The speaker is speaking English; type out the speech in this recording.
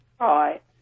Right